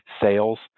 sales